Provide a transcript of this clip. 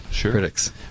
critics